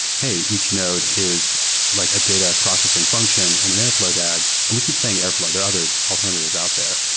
hey, each node is like a data processing function in an airfl ow dag, and we keep saying airfl ow. there are other alternatives out there,